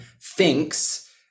thinks